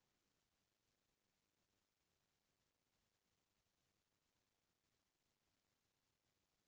नदिया, नरूवा के तीर म रूख राई रइतिस त वोइच मेर के माटी म जाग जातिस